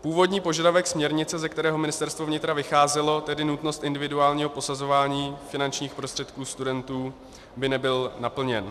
Původní požadavek směrnice, ze kterého Ministerstvo vnitra vycházelo, tedy nutnost posuzování finančních prostředků studentů, by nebyl naplněn.